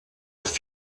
ist